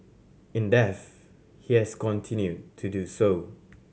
in death he has continued to do so